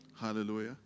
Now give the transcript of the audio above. Hallelujah